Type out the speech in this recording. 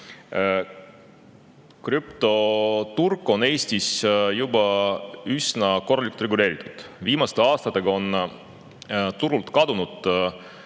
Krüptoturg on Eestis juba üsna korralikult reguleeritud. Viimaste aastatega on turult kadunud